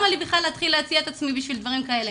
למה לי בכלל להתחיל להציע את עצמי בשביל דברים כאלה?